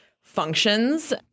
functions